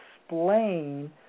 explain